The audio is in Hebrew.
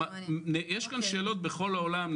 יש כאן שאלות בכל העולם.